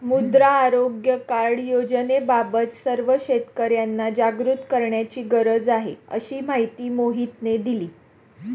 मृदा आरोग्य कार्ड योजनेबाबत सर्व शेतकर्यांना जागरूक करण्याची गरज आहे, अशी माहिती मोहितने दिली